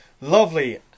lovely